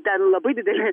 ten labai dideli